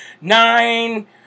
Nine